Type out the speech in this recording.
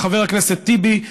לחבר הכנסת טיבי,